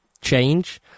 change